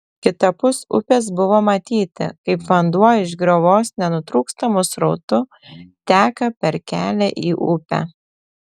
kitapus upės buvo matyti kaip vanduo iš griovos nenutrūkstamu srautu teka per kelią į upę